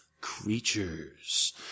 creatures